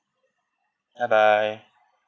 bye bye